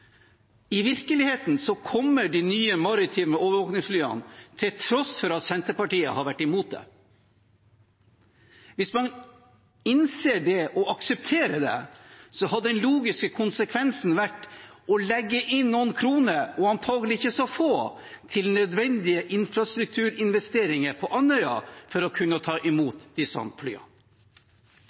I virkeligheten kommer de nye maritime overvåkningsflyene til tross for at Senterpartiet har vært imot det. Hvis man innså det og aksepterte det, hadde den logiske konsekvensen vært å legge inn noen kroner – antagelig ikke så få – til nødvendige infrastrukturinvesteringer på Andøya for å kunne ta imot disse